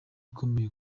ukomeye